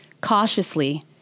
Cautiously